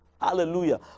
Hallelujah